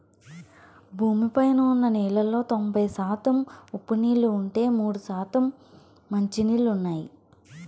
భూమి పైన ఉన్న నీళ్ళలో తొంబై శాతం ఉప్పు నీళ్ళు ఉంటే, మూడు శాతం మంచి నీళ్ళు ఉన్నాయి